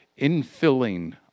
infilling